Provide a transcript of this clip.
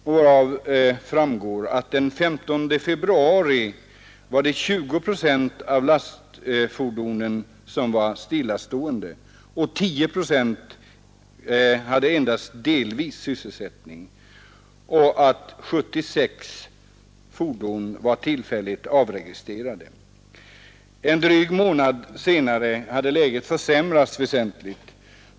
Därav framgår att den 15 februari var 20 Överlastavgift, procent av lastfordonen stillastående, 10 procent hade endast delvis 9:20, sysselsättning och 76 fordon var tillfälligt avregistrerade. En dryg månad senare hade läget försämrats väsentligt.